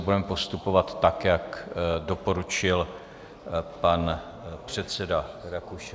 Budeme postupovat tak, jak doporučil pan předseda Rakušan.